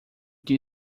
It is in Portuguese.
que